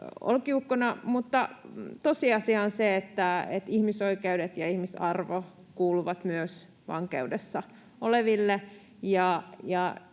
olkiukkona. Mutta tosiasia on se, että ihmisoikeudet ja ihmisarvo kuuluvat myös vankeudessa oleville.